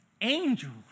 Angels